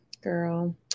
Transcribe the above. girl